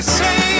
say